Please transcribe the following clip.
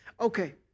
Okay